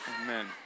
amen